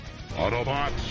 Autobots